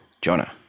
Jonah